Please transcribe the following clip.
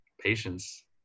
patience